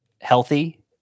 healthy